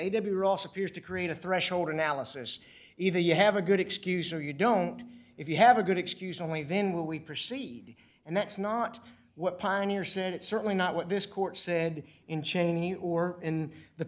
also appears to create a threshold analysis either you have a good excuse or you don't if you have a good excuse only then will we proceed and that's not what pioneer said it's certainly not what this court said in cheney or in the